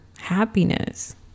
happiness